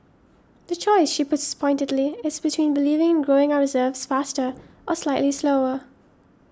the choice she puts pointedly is between believing in growing our reserves faster or slightly slower